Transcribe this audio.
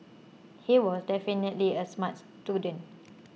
he was definitely a smart student